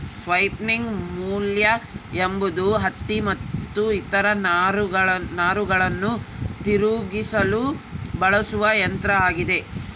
spinning mule ಎಂಬುದು ಹತ್ತಿ ಮತ್ತು ಇತರ ನಾರುಗಳನ್ನು ತಿರುಗಿಸಲು ಬಳಸುವ ಯಂತ್ರ ಆಗ್ಯದ